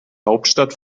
hauptstadt